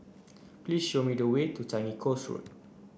please show me the way to Changi Coast Road